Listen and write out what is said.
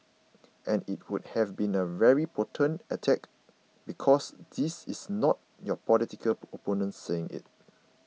and it would have been a very potent attack because this is not your political opponent saying it